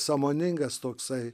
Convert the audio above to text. sąmoningas toksai